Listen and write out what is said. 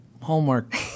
Hallmark